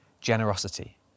generosity